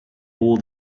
all